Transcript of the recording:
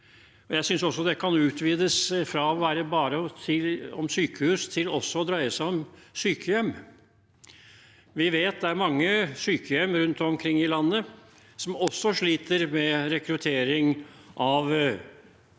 Jeg synes det kan utvides fra bare å være om sykehus til også å dreie seg om sykehjem. Vi vet det er mange sykehjem rundt omkring i landet som også sliter med rekruttering av